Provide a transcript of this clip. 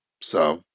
so-